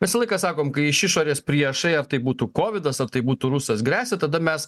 visą laiką sakom kai iš išorės priešai ar tai būtų kovidas ar tai būtų rusas gresia tada mes